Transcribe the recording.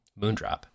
Moondrop